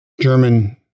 German